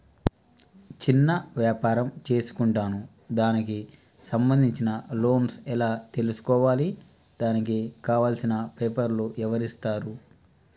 చిన్న వ్యాపారం చేసుకుంటాను దానికి సంబంధించిన లోన్స్ ఎలా తెలుసుకోవాలి దానికి కావాల్సిన పేపర్లు ఎవరిస్తారు?